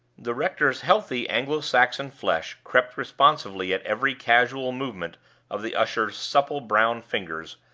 the rector's healthy anglo-saxon flesh crept responsively at every casual movement of the usher's supple brown fingers,